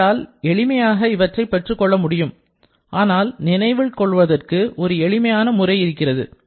உங்களால் எளிமையாக இவற்றைப் பெற்றுக் கொள்ள முடியும் ஆனால் நினைவில் கொள்வதற்கு ஒரு எளிமையான முறை இருக்கிறது